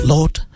Lord